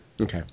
Okay